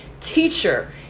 teacher